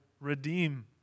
redeem